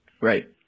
Right